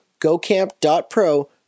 gocamp.pro